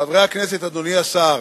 חברי הכנסת, אדוני השר,